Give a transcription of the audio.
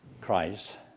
Christ